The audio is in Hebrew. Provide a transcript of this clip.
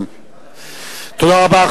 תודה רבה.